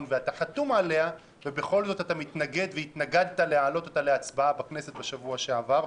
ואתה מתנגד והתנגדת להעלות אותה להצבעה בכנסת בשבוע שעבר.